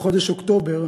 ובחודש אוקטובר,